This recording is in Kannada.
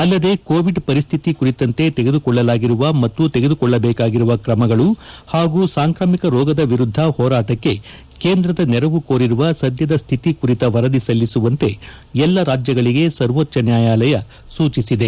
ಅಲ್ಲದೆ ಕೋವಿಡ್ ಕಪರಿಸ್ತಿತಿ ಕುರಿತಂತೆ ತೆಗೆದು ಕೊಳ್ಳಲಾಗಿರುವ ಕುತ್ತು ತೆಗೆದು ಕೊಳ್ಳಬೇಕಾಗಿರುವ ಕ್ರಮಗಳು ಮತ್ತು ಸಾಂಕ್ರಾಮಿಕ ರೋಗದ ವಿರುದ್ದ ಹೋರಾಟಕ್ಕೆ ಕೇಂದ್ರದ ನೆರವು ಕೋರಿರುವ ಸದ್ಯದ ಸ್ಥಿತಿ ಕುರಿತ ವರದಿ ಸಲ್ಲಿಸುವಂತೆ ಎಲ್ಲ ರಾಜ್ಯಗಳಿಗೆ ಸರ್ವೋಚ್ಚ ನ್ಯಾಯಾಲಯ ಸೂಚಿಸಿದೆ